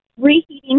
Reheating